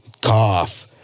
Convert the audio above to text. cough